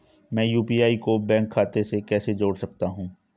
मैं यू.पी.आई को बैंक खाते से कैसे जोड़ सकता हूँ?